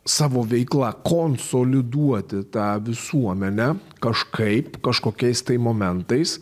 savo veikla konsoliduoti tą visuomenę kažkaip kažkokiais tai momentais